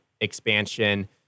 expansion